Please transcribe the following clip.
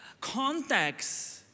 context